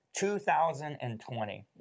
2020